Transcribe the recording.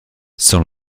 sans